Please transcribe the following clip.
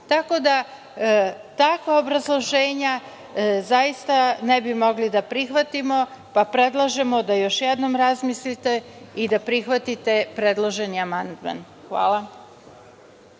Tako da takva obrazloženja zaista ne bi mogli da prihvatimo, pa predlažemo da još jednom razmislite i da prihvatite predloženi amandman. Hvala.